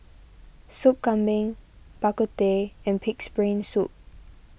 Sop Kambing Bak Kut Teh and Pig's Brain Soup